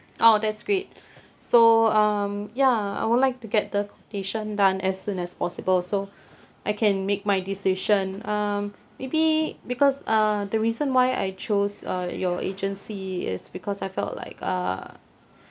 oh that's great so um ya I would like to get the quotation done as soon as possible so I can make my decision um maybe because uh the reason why I chose uh your agency is because I felt like uh